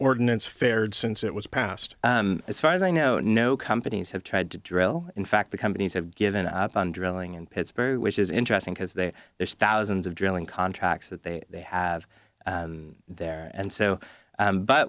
ordinance fared since it was passed as far as i know no companies have tried to drill in fact the companies have given up on drilling in pittsburgh which is interesting because they there's thousands of drilling contracts that they have there and so